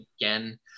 again